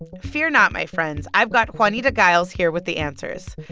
fear not, my friends. i've got juanita giles here with the answers.